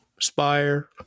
Spire